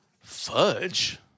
Fudge